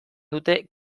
dute